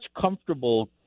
comfortable